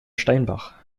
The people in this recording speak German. steinbach